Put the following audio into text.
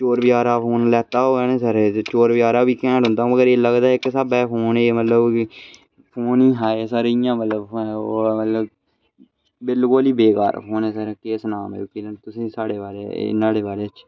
चोर बजारा दा फोन लैता होऐ ना सर चोर बजारा बी घैंट लभदा ते लगदा कोह्के स्हाबा फोन एह् फोन निं हा इं'या मतलब ओह् मतलब बिल्कुल ई बेकार फोन ऐ सर केह् सनांऽ तुसें ई साढ़े बारै च न्हाड़े बारै च